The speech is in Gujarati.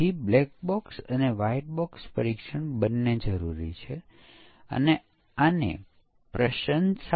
અને પછી આપણી પાસે આ વ્હાઇટ બોક્સ પરીક્ષણ છે જ્યાં આપણે ખરેખર કોડ જોવો પડશે